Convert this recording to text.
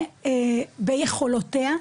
ביכולותיה,